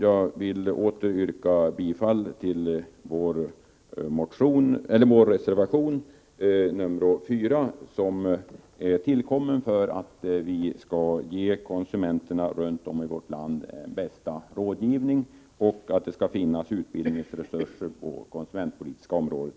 Jag vidhåller mitt yrkande om bifall till vår reservation, nr 4, som är tillkommen för att vi skall ge konsumenterna runt om i vårt land den bästa rådgivningen och för att det skall finnas utbildningsresurser på det konsumentpolitiska området.